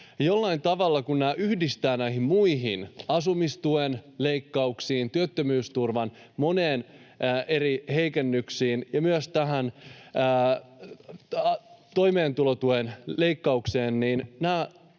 jäädytystä. Kun nämä yhdistää näihin muihin — asumistuen leikkauksiin, työttömyysturvan ja moniin muihin eri heikennyksiin ja myös tähän toimeentulotuen leikkaukseen — niin nämä